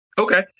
Okay